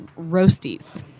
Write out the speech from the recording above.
roasties